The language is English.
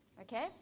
Okay